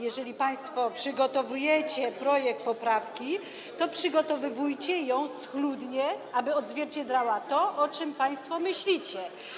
Jeżeli państwo przygotowujecie projekt poprawki, to przygotowujcie schludnie, aby odzwierciedlała ona to, o czym państwo myślicie.